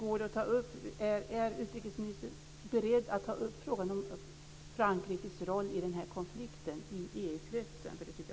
Fru talman!